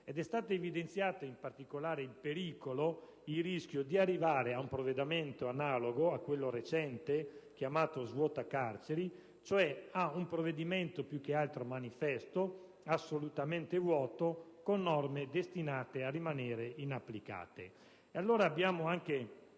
È stato evidenziato, in particolare, il rischio di arrivare ad un provvedimento analogo a quello recente chiamato "svuota carceri", cioè ad un provvedimento più che altro manifesto, assolutamente vuoto, con norme destinate a rimanere inapplicate.